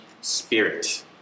spirit